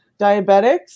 diabetics